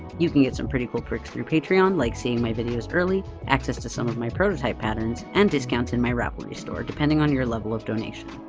you can get some pretty cool perks through patreon, like seeing my videos early, access to some of my prototype patterns, and discounts in my ravelry store, depending on your level of donation.